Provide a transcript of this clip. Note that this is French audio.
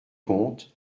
comte